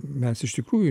mes iš tikrųjų